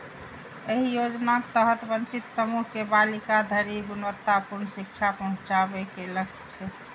एहि योजनाक तहत वंचित समूह के बालिका धरि गुणवत्तापूर्ण शिक्षा पहुंचाबे के लक्ष्य छै